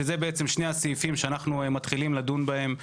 אלה בעצם שני הסעיפים שאנחנו מתחילים לדון בהם היום.